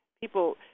people